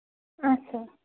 اَچھا